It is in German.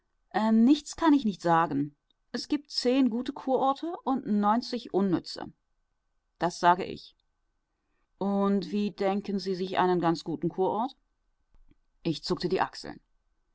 nichts kann ich nicht sagen es gibt zehn gute kurorte und neunzig unnütze das sage ich und wie denken sie sich einen ganz guten kurort ich zuckte die achseln